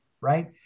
right